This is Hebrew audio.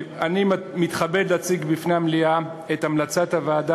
אני מתכבד להציג בפני המליאה את המלצת הוועדה